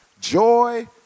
Joy